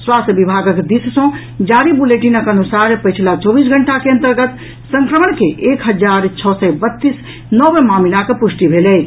स्वास्थ्य विभागक दिस सँ जारी बुलेटिनक अनुसार पछिला चौबीस घंटाक के अन्तर्गत संक्रमण के एक हजार छओ सय बत्तीस नव मामिलाक पुष्टि भेल अछि